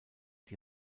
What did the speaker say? die